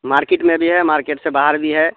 market میں بھی ہے مارکیٹ سے باہر بھی ہے